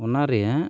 ᱚᱱᱟ ᱨᱮᱭᱟᱜ